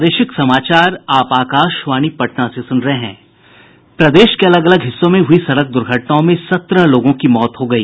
प्रदेश के अलग अलग हिस्सों में हुई सड़क दुर्घटनाओं में सत्रह लोगों की मौत हो गयी